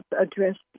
addressed